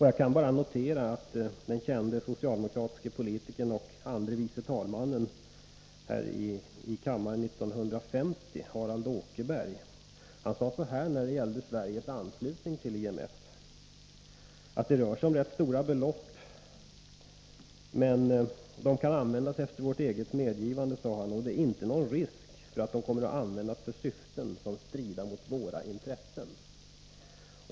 Jag kan bara notera att den kände socialdemokratiske politikern och andre vice talmannen i första kammaren 1950, Harald Åkerberg, sade så här när det gällde Sveriges anslutning till IMF: Det rör sig om rätt stora belopp, men de kan användas efter vårt eget medgivande, och det är inte någon risk för att de kommer att användas för syften som strider mot våra intressen.